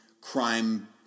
crime